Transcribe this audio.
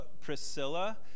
Priscilla